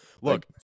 Look